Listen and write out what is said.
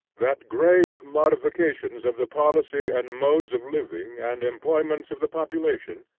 that grave modifications of the policy and modes of living and employments of the population,